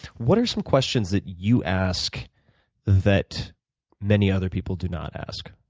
what are some questions that you ask that many other people do not ask?